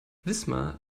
wismar